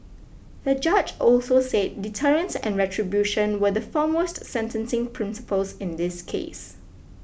the judge also said deterrence and retribution were the foremost sentencing principles in this case